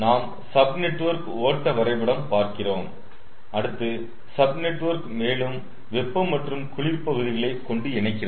நாம் sub network ஓட்ட வரைபடம் பார்க்கிறோம் அடுத்து சப் நெட்வொர்க் மேலும் வெப்பம் மற்றும் குளிர் பகுதிகளை கொண்டு இணைகிறது